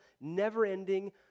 never-ending